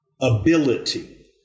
ability